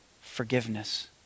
forgiveness